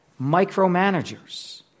micromanagers